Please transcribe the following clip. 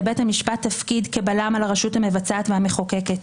לבית המשפט תפקיד כבלם על הרשות המבצעת והמחוקקת.